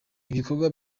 ibikorwa